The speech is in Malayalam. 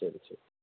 അ ശരി ശരി